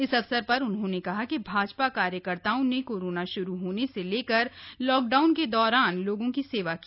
इस अवसर पर उन्होंने कहा कि भाजपा कार्यकर्ताओं ने कोरोना शरू होने से लेकर लॉकडाउन के दौरान लोगों की सेवा की